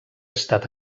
estat